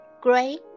great